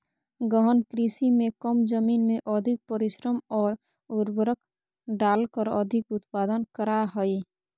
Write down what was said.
गहन कृषि में कम जमीन में अधिक परिश्रम और उर्वरक डालकर अधिक उत्पादन करा हइ